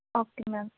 okay ma'am